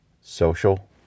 social